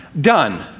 done